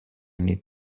need